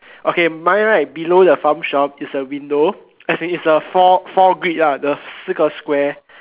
okay mine right below the farm shop is a window as in is a four four grid lah the 四个 square